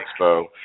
Expo